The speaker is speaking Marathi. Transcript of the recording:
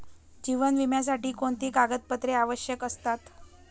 जीवन विम्यासाठी कोणती कागदपत्रे आवश्यक असतात?